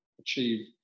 achieve